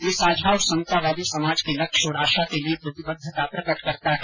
यह साझा और समतावादी समाज के लक्ष्य और आशा के लिए प्रतिबद्धता प्रकट करता है